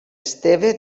esteve